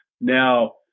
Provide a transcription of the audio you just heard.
Now